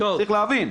צריך להבין.